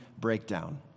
breakdown